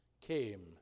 came